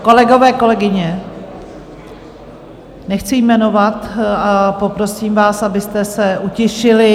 Kolegové, kolegyně, nechci jmenovat a poprosím vás, abyste se utišili.